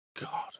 God